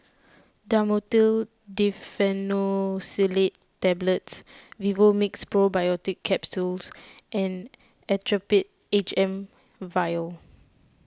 Dhamotil Diphenoxylate Tablets Vivomixx Probiotics Capsule and Actrapid H M Vial